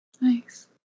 Nice